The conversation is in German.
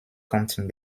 kanten